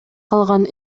калган